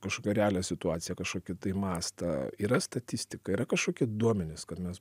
kažkokią realią situaciją kažkokį tai mastą yra statistika yra kažkokie duomenys kad mes